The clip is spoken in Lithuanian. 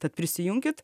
tad prisijunkit